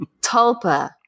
Tulpa